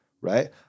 Right